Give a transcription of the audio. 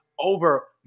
over